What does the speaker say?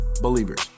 believers